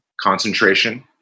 concentration